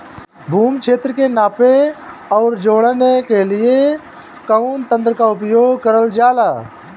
भूमि क्षेत्र के नापे आउर जोड़ने के लिए कवन तंत्र का प्रयोग करल जा ला?